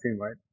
right